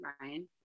Ryan